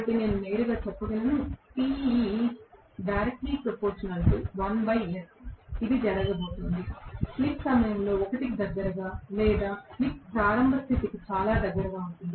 కాబట్టి నేను నేరుగా చెప్పగలను ఇది జరగబోతోంది స్లిప్ సమయంలో 1 కి దగ్గరగా లేదా స్లిప్ ప్రారంభ స్థితికి చాలా దగ్గరగా ఉంటుంది